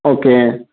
okay